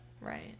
Right